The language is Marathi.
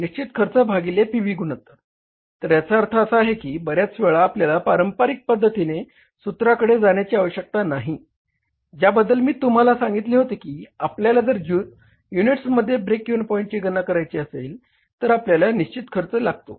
निश्चित खर्च भागिले पी व्ही गुणोत्तर तर याचा अर्थ असा आहे की बऱ्याच वेळा आपल्याला पारंपारिक पद्धतीने सुत्राकडे जाण्याची आवश्यकता नाही ज्या बद्दल मी तुम्हाला सांगितले होते की आपल्या जर युनिट्स मध्ये ब्रेक इव्हन पॉईंटची गणना करायची असेल तर आपल्याला निश्चित खर्च लागतो